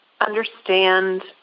understand